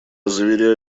заверяю